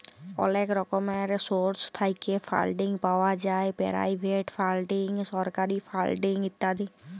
অলেক রকমের সোর্স থ্যাইকে ফাল্ডিং পাউয়া যায় পেরাইভেট ফাল্ডিং, সরকারি ফাল্ডিং ইত্যাদি